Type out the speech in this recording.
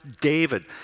David